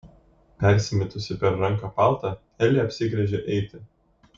persimetusi per ranką paltą elė apsigręžia eiti